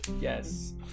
Yes